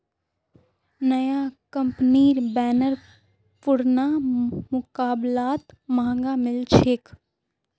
नया कंपनीर बेलर पुरना मुकाबलात महंगा मिल छेक